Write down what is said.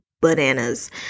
bananas